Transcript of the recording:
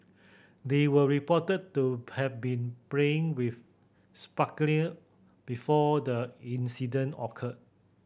they were reported to have been playing with sparkler before the incident occurred